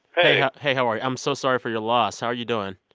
hey hey, how are you? i'm so sorry for your loss. how are you doing?